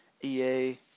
EA